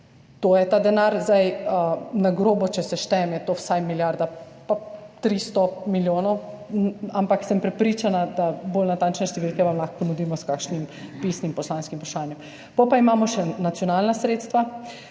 To je ta denar. Na grobo, če seštejem, je to vsaj milijarda 300 milijonov, ampak sem prepričana, da vam bolj natančne številke lahko ponudimo s kakšnim pisnim poslanskim vprašanjem. Potem pa imamo še nacionalna sredstva.